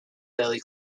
early